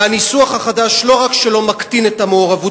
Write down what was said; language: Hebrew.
והניסוח החדש לא רק שלא מקטין את המעורבות,